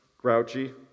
grouchy